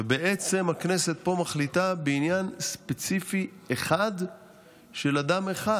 ובעצם הכנסת מחליטה בעניין ספציפי אחד של אדם אחד,